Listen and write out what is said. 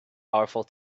powerful